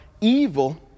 evil